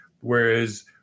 Whereas